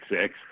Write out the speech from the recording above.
six